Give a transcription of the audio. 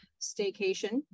staycation